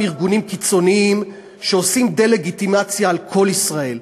ארגונים קיצוניים שעושים דה-לגיטימציה לכל ישראל.